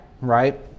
right